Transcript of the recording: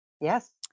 Yes